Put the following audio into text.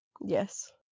yes